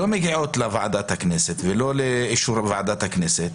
לא מגיעות לוועדת הכנסת ולא לאישור ועדת הכנסת,